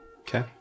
okay